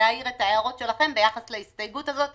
כדי להעיר את הערותיכם ביחס להסתייגות הזו.